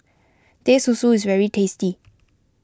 Teh Susu is very tasty